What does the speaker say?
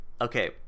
Okay